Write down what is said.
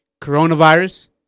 Coronavirus